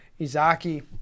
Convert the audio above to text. Izaki